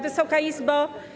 Wysoka Izbo!